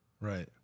Right